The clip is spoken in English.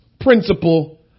principle